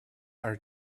are